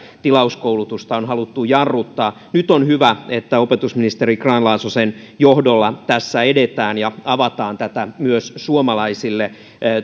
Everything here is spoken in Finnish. tilauskoulutusta on haluttu jarruttaa nyt on hyvä että opetusministeri grahn laasosen johdolla tässä edetään ja avataan tätä myös suomalaisille